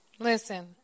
Listen